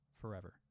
forever